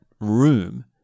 room